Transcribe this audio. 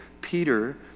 Peter